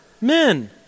Men